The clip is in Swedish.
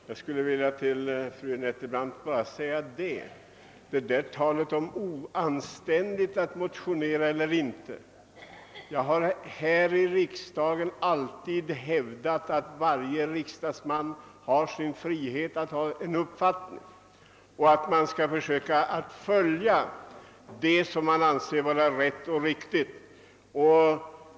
Herr talman! Beträffande frågan om huruvida det är oanständigt att motionera eller inte vill jag säga fru Nettelbrandt att jag alltid hävdat här i riksdagen, att varje riksdagsman har rätt att ha en egen uppfattning och att vederbörande bör försöka göra vad som är rätt och riktigt.